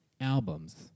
albums